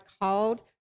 called